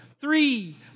three